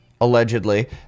allegedly